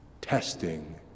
testing